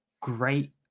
great